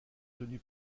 tenu